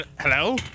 hello